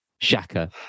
Shaka